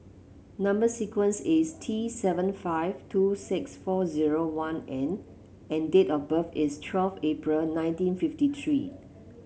number sequence is T seven five two six four zero one N and date of birth is twelve April nineteen fifty three